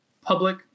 public